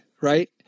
right